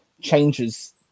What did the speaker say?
changes